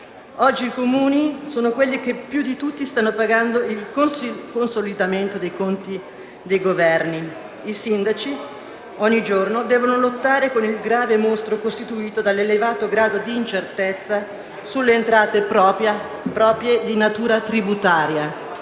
Oggi i Comuni sono quelli che più di tutti stanno pagando il consolidamento dei conti dei Governi. I sindaci, ogni giorno, devono lottare contro il grave mostro costituito dall'elevato grado di incertezza sulle entrate proprie di natura tributaria,